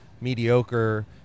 mediocre